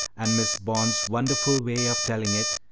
and miss bond's wonderful way of telling it,